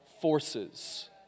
forces